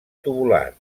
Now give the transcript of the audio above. tubular